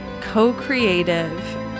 co-creative